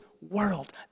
world